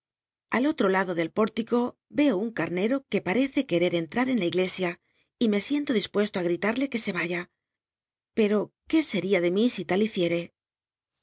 ni otro lado del pórtico co un arnrro ue parcce querer en tl'ar en la iglesia y me siento dispuesto i grital'le que se vaya pero qué cria de mí si tal hiciel'e